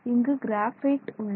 இங்கு கிராஃபைட் உள்ளது